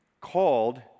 called